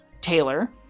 Taylor